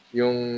yung